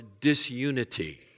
disunity